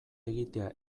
egitea